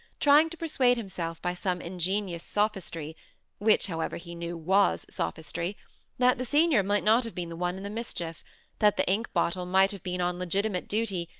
trying to persuade himself by some ingenious sophistry which, however, he knew was sophistry that the senior might not have been the one in the mischief that the ink-bottle might have been on legitimate duty,